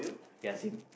ya same